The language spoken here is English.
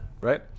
right